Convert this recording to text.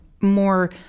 more